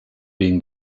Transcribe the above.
being